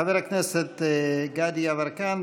חבר הכנסת גדי יברקן,